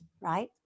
right